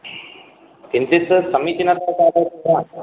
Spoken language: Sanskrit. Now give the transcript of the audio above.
किञ्चित् समीचीनतया चालयति वा